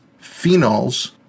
phenols